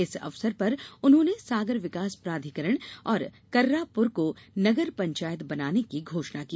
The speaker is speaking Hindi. इस अवसर पर उन्होंने सागर विकास प्राधिकरण और कर्रापुर को नगर पंचायत बनाने की घोषणा की